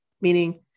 meaning